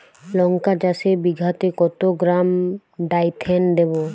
লঙ্কা চাষে বিঘাতে কত গ্রাম ডাইথেন দেবো?